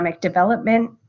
development